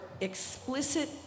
explicit